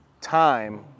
time